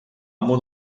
amo